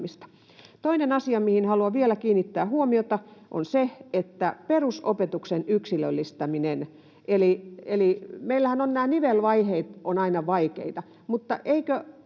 Toinen asia, mihin haluan vielä kiinnittää huomiota, on perusopetuksen yksilöllistäminen. Eli meillähän ovat nivelvaiheet aina vaikeita, mutta eivätkö